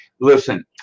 Listen